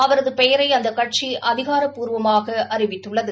அவரது பெயரை அந்த கட்சி அதிகாரப்பூர்வமாக அறிவித்துள்ளது